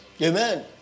amen